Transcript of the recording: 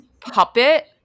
puppet